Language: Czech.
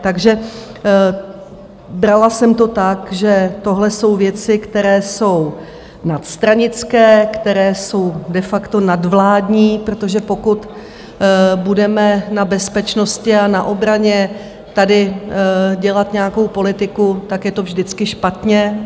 Takže jsem to brala tak, že tohle jsou věci, které jsou nadstranické, které jsou de facto nadvládní, protože pokud budeme na bezpečnosti a na obraně tady dělat nějakou politiku, tak je to vždycky špatně.